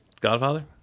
godfather